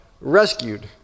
rescued